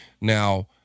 Now